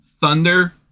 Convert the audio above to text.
Thunder